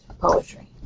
poetry